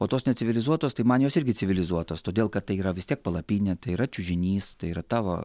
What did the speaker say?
o tos necivilizuotos tai man jos irgi civilizuotos todėl kad tai yra vis tiek palapinė tai yra čiužinys tai yra tavo